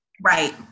Right